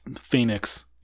Phoenix